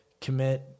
commit